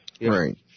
Right